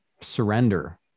surrender